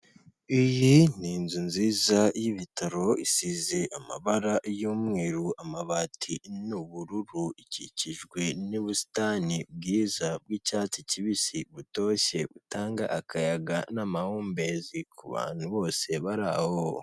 Iyi ni inzu nziza y'ibitaro isize amabara y'umweru, amabati ni ubururu ikikijwe n'ubusitani bwiza bw'icyatsi kibisi butoshye butanga akayaga n'amahumbezi ku bantu bose bari aho.